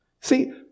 See